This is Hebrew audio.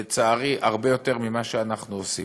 לצערי, הרבה יותר ממה שאנחנו עושים.